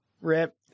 Rip